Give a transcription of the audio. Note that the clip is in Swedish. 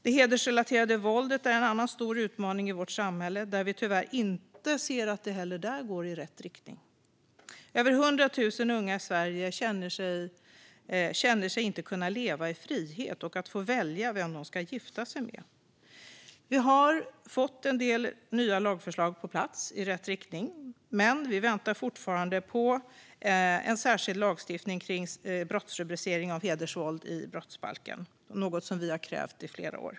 Det hedersrelaterade våldet är en annan stor utmaning i vårt samhälle där vi tyvärr inte heller ser att det går i rätt riktning. Över 100 000 unga i Sverige känner inte att de kan leva i frihet och välja vem de ska gifta sig med. Vi har fått en del nya lagförslag på plats, i rätt riktning, men vi väntar fortfarande på en särskild lagstiftning kring brottsrubriceringen hedersvåld i brottsbalken - något som vi har krävt i flera år.